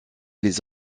les